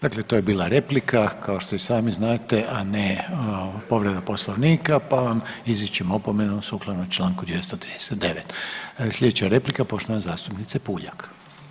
Dakle to je bila replika, kao što i sami znate, a ne povreda Poslovnika pa vam izričem opomenu sukladno čl. 239 Sljedeća replika poštovane zastupnice Puljak.